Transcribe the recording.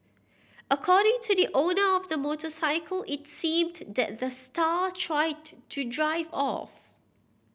according to the owner of the motorcycle it seemed that the star tried to to drive off